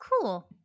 cool